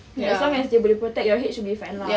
as long as dia boleh protect your head should be fine lah